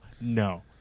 No